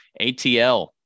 atl